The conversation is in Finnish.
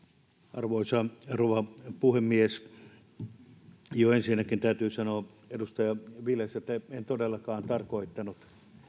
arvoisa rouva puhemies ensinnäkin täytyy sanoa edustaja viljaselle että en todellakaan tarkoittanut